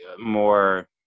more